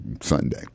Sunday